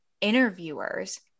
interviewers